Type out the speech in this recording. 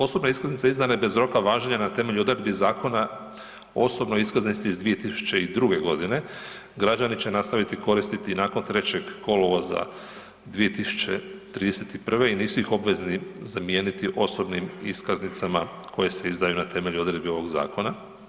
Osobne iskaznice izdane bez roka važenja na temelju odredbi Zakona o osobnoj iskaznici iz 2002. godine građani će nastaviti koristiti nakon 3. kolovoza 2031. i nisu ih obvezni zamijeniti osobnim iskaznicama koje se izdaju na temelju odredbi ovog zakona.